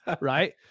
right